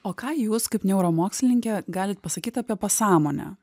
o ką jūs kaip neuromokslininkė galit pasakyt apie pasąmonę